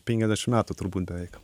penkiasdešim metų turbūt beveik